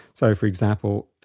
so for example,